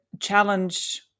challenge